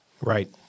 Right